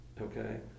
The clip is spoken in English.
okay